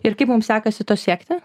ir kaip mum sekasi to siekti